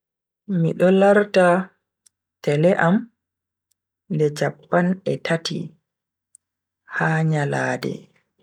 Mido larta tele am nde chappan e tati ha nyalade.